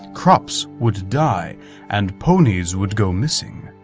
crops would die and ponies would go missing.